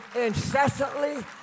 incessantly